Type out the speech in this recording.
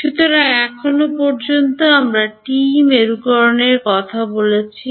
সুতরাং এখন পর্যন্ত আমরা টিই মেরুকরণের কথা বলেছি